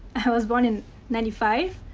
i was born in ninety five,